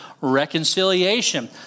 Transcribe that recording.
reconciliation